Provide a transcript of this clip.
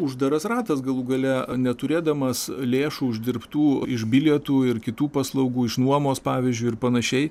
uždaras ratas galų gale neturėdamas lėšų uždirbtų iš bilietų ir kitų paslaugų iš nuomos pavyzdžiui ir panašiai